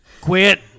quit